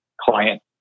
client